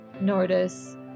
notice